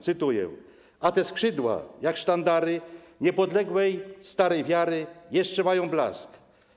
Cytuję: A te skrzydła jak sztandary niepodległej, starej wiary jeszcze mają blask.